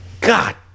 God